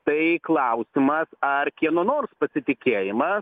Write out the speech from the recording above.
tai klausimas ar kieno nors pasitikėjimas